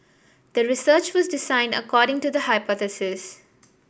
the research was designed according to the hypothesis